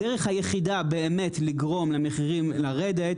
הדרך היחידה באמת לגרום למחירים לרדת,